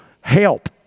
help